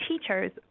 teachers